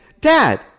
Dad